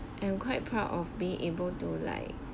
and quite proud of being able to like